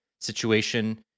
situation